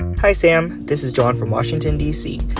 hi, sam. this is john from washington, d c.